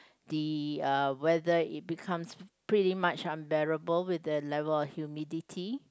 the uh weather it becomes pretty much unbearable with the level of humidity